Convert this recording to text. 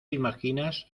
imaginas